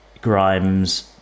Grimes